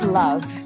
love